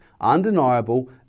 undeniable